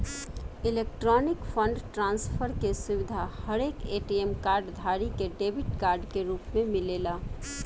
electronic fund transfer के सुविधा हरेक ए.टी.एम कार्ड धारी के डेबिट कार्ड के रूप में मिलेला